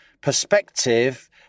perspective